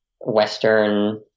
western